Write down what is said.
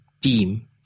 team